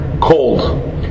cold